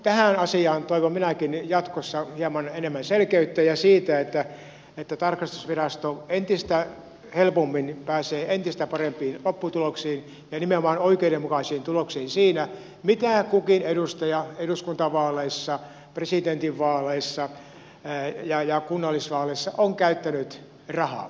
tähän asiaan toivon minäkin jatkossa hieman enemmän selkeyttä ja sitä että tarkastusvirasto entistä helpommin pääsee entistä parempiin lopputuloksiin ja nimenomaan oikeudenmukaisiin tuloksiin siinä miten kukin edustaja eduskuntavaaleissa presidentinvaaleissa ja kunnallisvaaleissa on käyttänyt rahaa